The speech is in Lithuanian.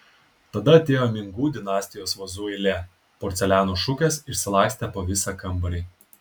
tada atėjo mingų dinastijos vazų eilė porceliano šukės išsilakstė po visą kambarį